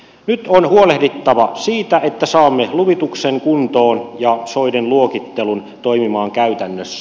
nyt on huolehdittava siitä että saamme luvituksen kuntoon ja soiden luokittelun toimimaan käytännössä